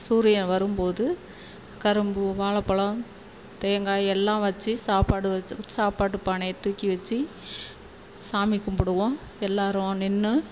சூரியன் வரும்போது கரும்பு வாழைப் பழம் தேங்காய் எல்லாம் வச்சு சாப்பாடு வச்சு சாப்பாட்டு பானையை தூக்கி வச்சு சாமி கும்பிடுவோம் எல்லோரும் நின்று